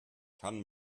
kann